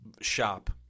shop